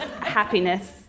happiness